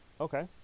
Okay